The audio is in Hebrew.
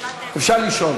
אפשר לשאול.